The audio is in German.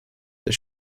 der